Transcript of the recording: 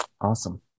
Awesome